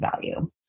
value